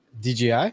DJI